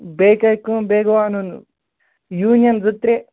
بیٚیہِ کَر کٲم بیٚیہِ گوٚو اَنُن یوٗنیَن زٕ ترٛےٚ